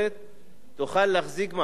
תוכל להחזיק מעמד אפילו.